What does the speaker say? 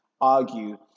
argue